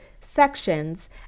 sections